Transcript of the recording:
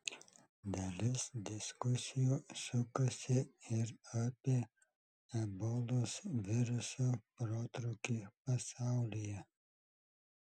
dalis diskusijų sukasi ir apie ebolos viruso protrūkį pasaulyje